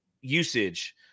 usage